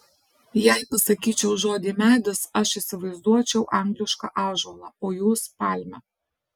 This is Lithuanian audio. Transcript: jei pasakyčiau žodį medis aš įsivaizduočiau anglišką ąžuolą o jūs palmę